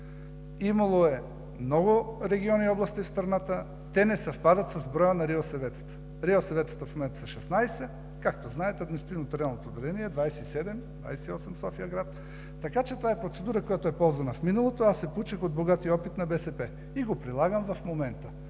имало е много региони и области в страната. Те не съвпадат с броя на РИОСВ-тата. РИОСВ-тата в момента са 16, а, както знаете, административно-териториалното деление е 27, 28 със София-град, така че това е процедура, която е ползвана в миналото. Аз се поучих от богатия опит на БСП и го прилагам в момента.